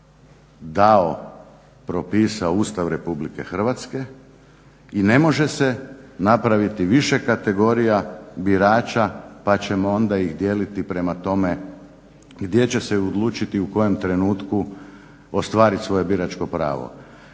dao, propisao Ustav RH i ne može se napraviti više kategorija birača pa ćemo ih onda dijeliti prema tome gdje će se odlučiti u kojem trenutku ostvariti svoje biračko pravo.